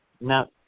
now